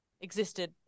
existed